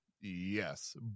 Yes